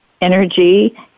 energy